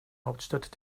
hauptstadt